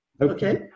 Okay